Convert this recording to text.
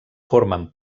formen